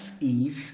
Eve